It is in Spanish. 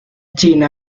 china